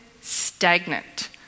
stagnant